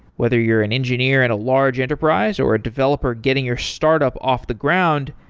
whether you're an engineer at a large enterprise, or a developer getting your startup off the ground,